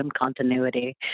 continuity